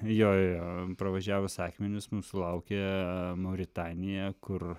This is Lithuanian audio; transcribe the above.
jo jo jo pravažiavus akmenis mūsų laukia mauritanija kur